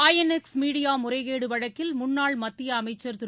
ஐ N X media முறைகேடு வழக்கில் முன்னாள் மத்திய அமைச்சர் திரு